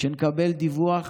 שנקבל דיווח